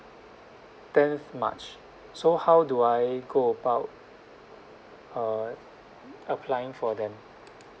tenth march so how do I go about uh applying for them